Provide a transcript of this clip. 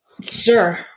sure